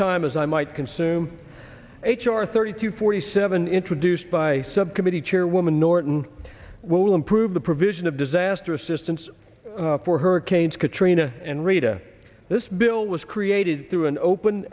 time as i might consume h r thirty to forty seven introduced by subcommittee chairwoman norton will improve the provision of disaster assistance for hurricanes katrina and rita this bill was created through an open